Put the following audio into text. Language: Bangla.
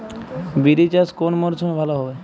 বিরি চাষ কোন মরশুমে ভালো হবে?